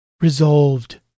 Resolved